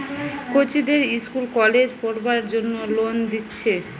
কচিদের ইস্কুল কলেজে পোড়বার জন্যে লোন দিচ্ছে